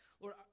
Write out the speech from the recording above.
Lord